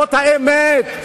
זאת האמת.